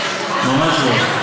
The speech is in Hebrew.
ממש לא.